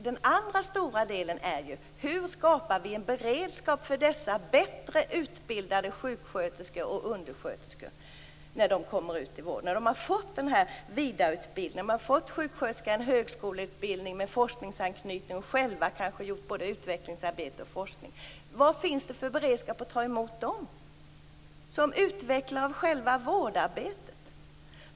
Den andra stora delen är: Hur skapar vi en beredskap för dessa bättre utbildade sjuksköterskor och undersköterskor när de kommer ut till vården, när de fått en vidareutbildning och en högskoleutbildning med forskningsanknytning och själva kanske gjort både utvecklings och forskningsarbete? Vad finns det för beredskap att ta emot dem som utvecklare av själva vårdarbetet?